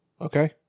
Okay